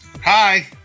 Hi